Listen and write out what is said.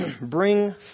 Bring